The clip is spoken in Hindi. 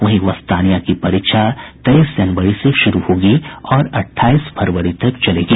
वहीं वस्तानिया की परीक्षा तेईस जनवरी से शुरू होगी और अट्ठाईस फरवरी तक चलेंगी